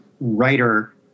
writer